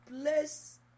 place